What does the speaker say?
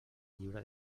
llibre